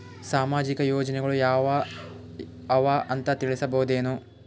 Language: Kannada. ಸಾಮಾಜಿಕ ಯೋಜನೆಗಳು ಯಾವ ಅವ ಅಂತ ತಿಳಸಬಹುದೇನು?